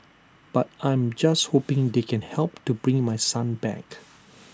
but I am just hoping they can help to bring my son back